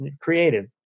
creative